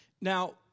Now